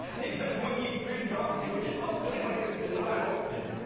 because when you preach prophecy, which you're supposed to anyway because it is in the bible. yes.